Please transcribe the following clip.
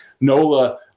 Nola